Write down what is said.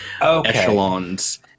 echelons